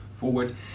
forward